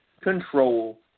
control